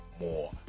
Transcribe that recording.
more